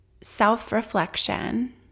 self-reflection